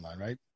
right